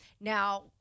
Now